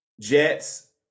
Jets